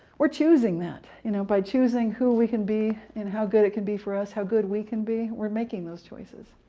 we're choosing that you know by choosing who we can be, and how good it can be for us how good we can be. we're making those choices.